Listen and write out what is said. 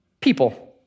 people